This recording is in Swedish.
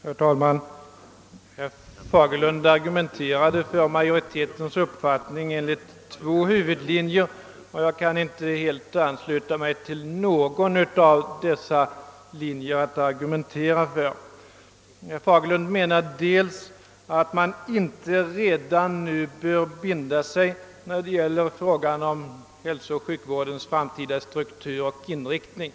Herr talman! Herr Fagerlund argumenterade för majoritetens uppfattning enligt två huvudlinjer, och jag kan inte helt ansluta mig till någon av dessa. Herr Fagerlund menar att man inte redan nu bör binda sig när det gäller frågan om hälsooch sjukvårdens framtida struktur och inriktning.